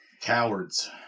Cowards